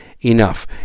enough